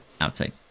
Outside